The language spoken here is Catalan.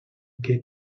què